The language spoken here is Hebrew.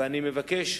ואני מבקש,